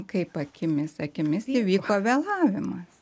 kaip akimis akimis įvyko vėlavimas